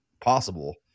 possible